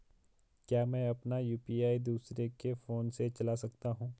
क्या मैं अपना यु.पी.आई दूसरे के फोन से चला सकता हूँ?